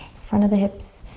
front of the hips.